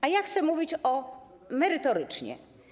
A ja chcę mówić merytorycznie.